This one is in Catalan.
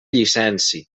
llicència